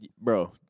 Bro